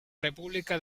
república